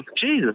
Jesus